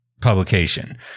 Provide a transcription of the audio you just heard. publication